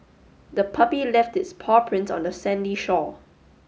the puppy left its paw prints on the sandy shore